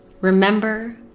Remember